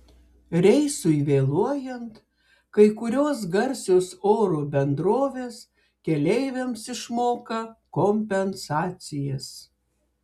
reisui vėluojant kai kurios garsios oro bendrovės keleiviams išmoka kompensacijas